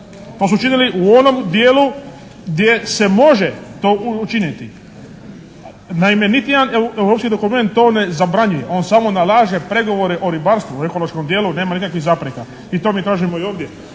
To su činili u onom dijelu gdje se može to učiniti. Naime, niti jedan europski dokument to ne zabranjuje. On samo nalaže pregovore o ribarstvu, o ekološkom dijelu nema nikakvih zapreka. I to mi kažemo i ovdje.